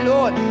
Lord